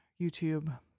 YouTube